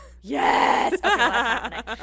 yes